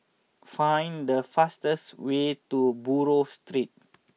find the fastest way to Buroh Street